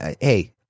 hey